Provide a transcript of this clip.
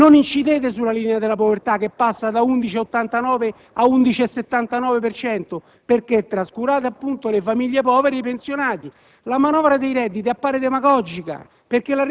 Non incidete sulla linea della povertà che passa da 11,89 a 11,79 per cento, perché trascurate le famiglie povere e i pensionati. La manovra dei redditi appare demagogica